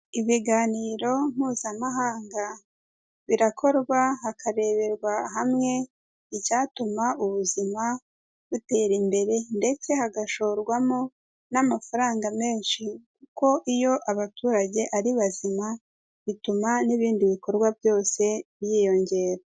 Ibiganiro mpuzamahanga birakorwa hakareberwa hamwe icyatuma ubuzima butera imbere ndetse hagashorwamo n'amafaranga menshi. Kuko iyo abaturage ari bazima bituma n'ibindi bikorwa byose byiyongera.